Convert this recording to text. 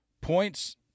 points